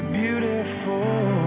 Beautiful